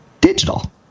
Digital